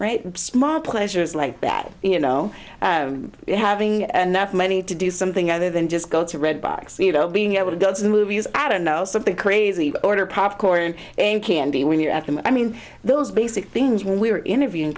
right small pleasures like that you know having enough money to do something other than just go to redbox you know being able to go to the movies i don't know something crazy order popcorn and candy when you're at them i mean those basic things when we were interviewing